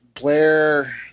Blair